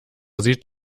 sieht